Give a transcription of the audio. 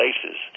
places